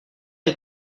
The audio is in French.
est